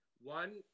One